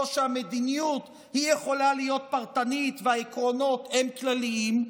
או שהמדיניות יכולה להיות פרטנית והעקרונות הם כלליים?